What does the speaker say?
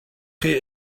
chi